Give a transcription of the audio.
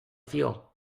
feel